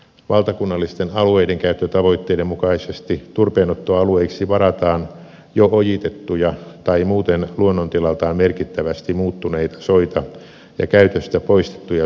valtakunnallisten alueidenkäyttötavoitteiden mukaisesti turpeenottoalueiksi varataan jo ojitettuja tai muuten luonnontilaltaan merkittävästi muuttuneita soita ja käytöstä poistettuja suopeltoja